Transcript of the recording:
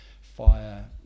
fire